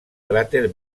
cràter